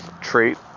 trait